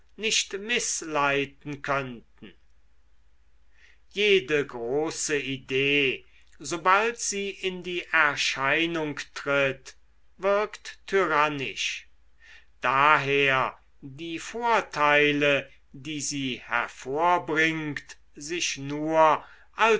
nicht mißleiten könnten jede große idee sobald sie in die erscheinung tritt wirkt tyrannisch daher die vorteile die sie hervorbringt sich nur